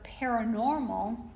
paranormal